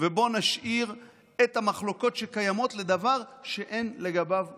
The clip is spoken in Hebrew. בואו נשאיר את המחלוקות שקיימות לדבר שאין לגביו מחלוקת,